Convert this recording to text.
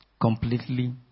Completely